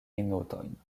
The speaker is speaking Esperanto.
minutojn